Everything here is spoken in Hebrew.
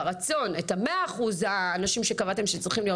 ברצון 100% מהאנשים שקבעתם שצריכים להיות